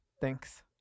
thanks